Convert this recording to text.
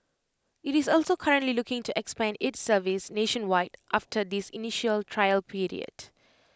IT is also currently looking to expand its service nationwide after this initial trial